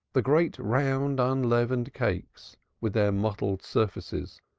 the great round unleavened cakes, with their mottled surfaces,